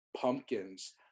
pumpkins